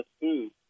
food